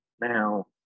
now